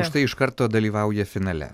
štai iškart to dalyvauja finale